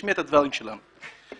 הדברים שלנו.